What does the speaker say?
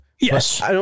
Yes